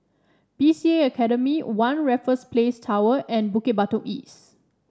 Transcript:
B C A Academy One Raffles Place Tower and Bukit Batok East